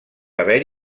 haver